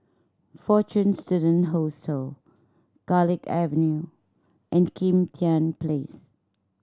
Fortune Students Hostel Garlick Avenue and Kim Tian Place